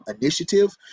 initiative